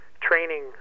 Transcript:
training